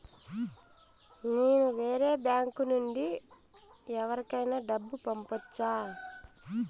నేను వేరే బ్యాంకు నుండి ఎవరికైనా డబ్బు పంపొచ్చా?